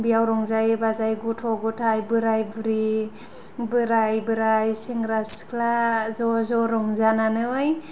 बेयाव रंजायो बाजायो गथ' गथाइ बोराइ बुरि बोराइ बोराइ सेंग्रा सिख्ला ज' ज' रंजानानै